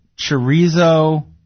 chorizo